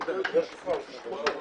08:50.